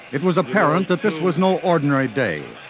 it was apparent that this was no ordinary day.